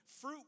fruit